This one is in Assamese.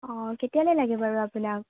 অ কেতিয়ালৈ লাগে বাৰু আপোনাক